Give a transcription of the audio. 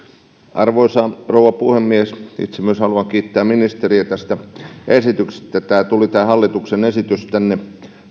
arvoisa rouva puhemies itse myös haluan kiittää ministeriä tästä esityksestä tämä hallituksen esitys tuli tänne